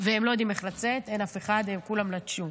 והם לא יודעים איך לצאת, אין אף אחד, כולם נטשו.